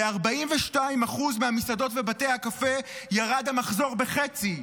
ל-42% מהמסעדות ובתי הקפה ירד המחזור בחצי,